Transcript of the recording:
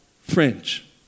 fringe